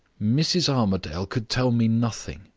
mrs. armadale could tell me nothing,